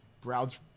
Browns